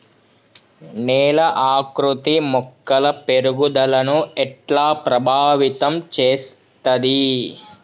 నేల ఆకృతి మొక్కల పెరుగుదలను ఎట్లా ప్రభావితం చేస్తది?